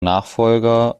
nachfolger